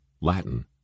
Latin